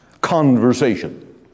conversation